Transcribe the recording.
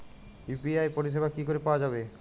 UPI পরিষেবা কি করে পাওয়া যাবে?